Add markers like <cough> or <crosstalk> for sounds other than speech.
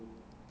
<noise>